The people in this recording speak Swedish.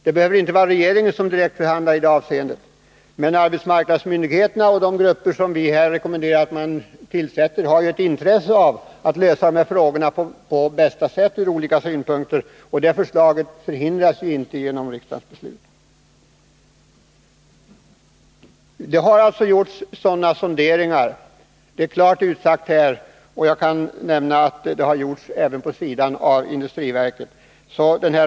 Det behöver inte nödvändigtvis vara regeringen som förhandlar, men arbetsmarknadsmyndigheterna och de grupper vilkas tillsättning vi rekommenderat är ju intresserade av att lösa problemen på bästa sätt. Riksdagens beslut lägger härvidlag inget hinder i vägen. Det har, som sagt, gjorts sonderingar, och jag kan också nämna att det även har gjorts av andra än industriverket.